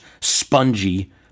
spongy